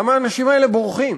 למה האנשים האלה בורחים?